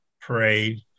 parade